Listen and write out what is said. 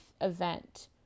event